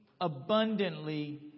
abundantly